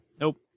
Nope